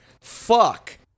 Fuck